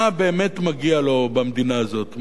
מה באמת מגיע לו במדינה הזאת,